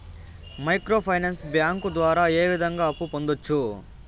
micro finance bank ద్వారా ఏ విధంగా అప్పు పొందొచ్చు